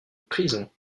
prison